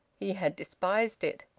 he had despised it.